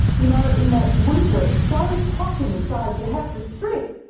you know in that winter, it's so hot inside you have to strip!